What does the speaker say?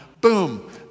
Boom